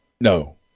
No